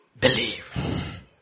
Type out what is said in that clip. believe